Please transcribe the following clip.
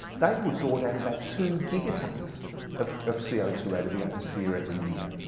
they would draw down about two gigatons of of c o two out of the atmosphere every year.